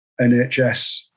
NHS